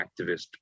activist